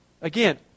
Again